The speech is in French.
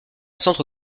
centre